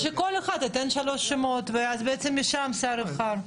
שכל אחד ייתן שלושה שמות ומשם השר יבחר.